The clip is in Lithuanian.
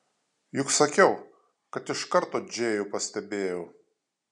juk sakiau kad iš karto džėjų pastebėjau